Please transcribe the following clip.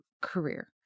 career